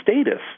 status